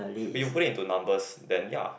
you put it into numbers then ya